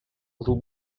little